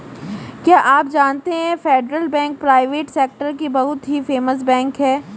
क्या आप जानते है फेडरल बैंक प्राइवेट सेक्टर की बहुत ही फेमस बैंक है?